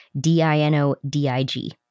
D-I-N-O-D-I-G